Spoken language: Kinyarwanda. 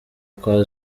kwa